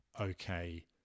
okay